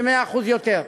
ב-100% יותר.